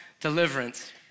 deliverance